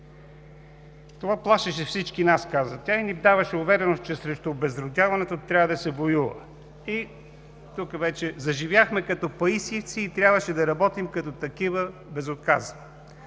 Това плашеше всички нас“ – каза тя и ни даваше увереност, че срещу обезродяването трябва да се воюва. И тук вече заживяхме като Паисиевци и трябваше да работим като такива безотказно.